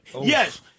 Yes